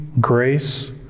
grace